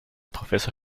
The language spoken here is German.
professor